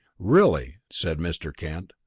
really! said mr. kent,